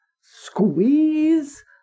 squeeze